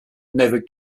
never